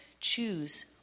choose